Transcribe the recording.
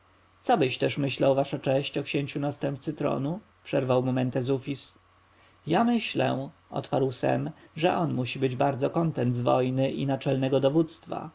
cobyś też myślał wasza cześć o księciu następcy tronu przerwał mu mentezufis ja myślę odparł sem że on musi być bardzo kontent z wojny i naczelnego dowództwa